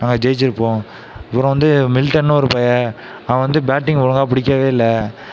நாங்கள் ஜெயிச்சியிருப்போம் அப்புறம் வந்து மில்டன்னு ஒரு பய அவன் வந்து பேட்டிங் ஒழுங்காக பிடிக்கவே இல்லை